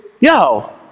yo